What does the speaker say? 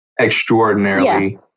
extraordinarily